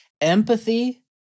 Empathy